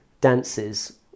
dances